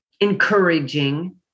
encouraging